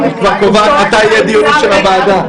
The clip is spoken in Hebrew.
--- היא כבר קובעת מתי יהיו דיונים של הוועדה.